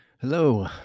hello